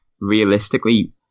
realistically